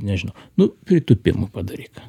nežinau nu pritūpimų padaryk